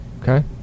Okay